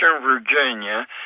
Virginia